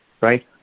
right